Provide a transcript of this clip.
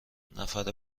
نفر